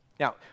Now